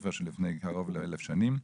ספר של לפני קרוב ל-1,000 שנים.